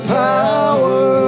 power